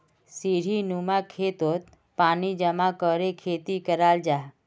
सीढ़ीनुमा खेतोत पानी जमा करे खेती कराल जाहा